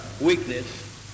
weakness